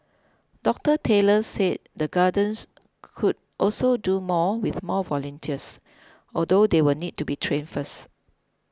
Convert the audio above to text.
Doctor Taylor said the gardens could also do more with more volunteers although they will need to be trained first